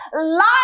Life